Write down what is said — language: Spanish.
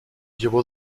llevó